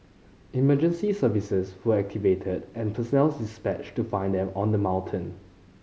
emergency services were activated and personnel dispatched to find them on the mountain